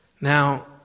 Now